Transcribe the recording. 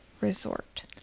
Resort